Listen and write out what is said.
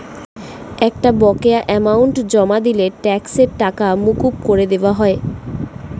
একটা বকেয়া অ্যামাউন্ট জমা দিলে ট্যাক্সের টাকা মকুব করে দেওয়া হয়